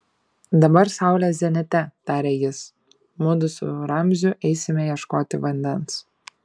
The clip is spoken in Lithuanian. dabar saulė zenite tarė jis mudu su ramziu eisime ieškoti vandens